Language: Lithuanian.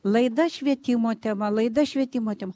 laida švietimo tema laida švietimo tema